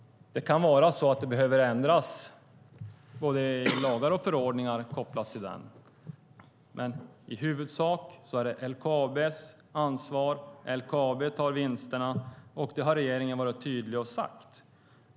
Det kan vara så att det behöver ändras både i lagar och förordningar kopplat till denna omvandling. Men i huvudsak är det LKAB:s ansvar. LKAB tar vinsterna. Det har regeringen sagt tydligt.